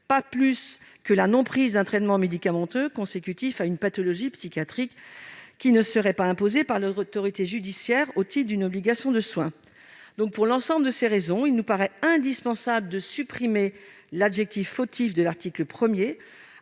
pas plus que la non-prise d'un traitement médicamenteux consécutif à une pathologie psychiatrique qui ne serait pas imposé par une autorité judiciaire au titre d'une obligation de soins. Pour l'ensemble de ces raisons, il nous paraît indispensable de supprimer l'adjectif « fautif » de l'article 1,